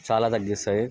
చాలా తగ్గిస్తాయి